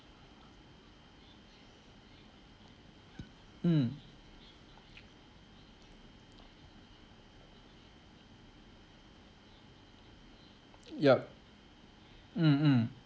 mm yup mm mm